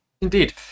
Indeed